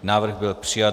Návrh byl přijat.